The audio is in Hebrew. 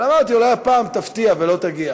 אבל אמרתי, אולי הפעם תפתיע ולא תגיע.